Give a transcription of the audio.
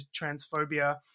transphobia